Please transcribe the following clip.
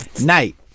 Night